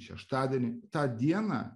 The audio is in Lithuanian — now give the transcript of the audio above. šeštadienį tą dieną